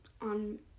on